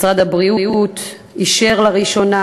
משרד הבריאות אישר לראשונה,